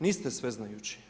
Niste sveznajući!